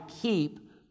keep